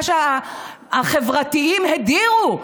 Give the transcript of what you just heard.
מה שהחברתיים הדירו.